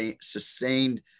sustained –